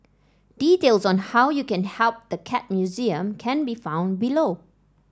details on how you can help the Cat Museum can be found below